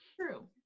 true